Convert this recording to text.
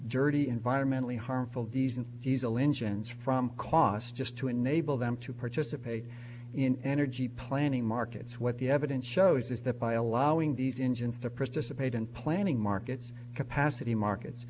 dirty environmentally harmful diesel diesel engines from cost just to enable them to participate in energy planning markets what the evidence shows is that by allowing these engines to press dissipate and planning markets capacity markets